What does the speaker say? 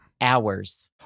hours